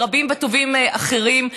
ורבים וטובים אחרים,